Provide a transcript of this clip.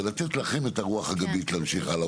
זה לתת לכם את הרוח הגבית להמשיך האלה.